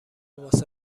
واسه